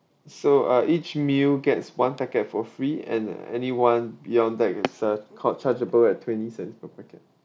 so uh each meal gets one packet for free and uh any one beyond that it's a got chargeable at twenty cents per packet